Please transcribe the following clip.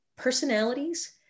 personalities